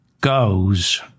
goes